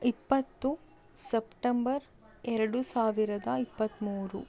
ಇಪ್ಪತ್ತು ಸಪ್ಟಂಬರ್ ಎರಡು ಸಾವಿರದ ಇಪ್ಪತ್ತಮೂರು